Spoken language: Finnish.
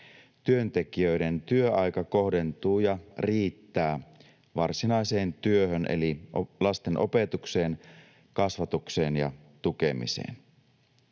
työntekijöiden työaika kohdentuu ja riittää varsinaiseen työhön eli lasten opetukseen, kasvatukseen ja tukemiseen.